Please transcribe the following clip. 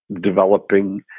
developing